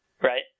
right